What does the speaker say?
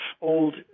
old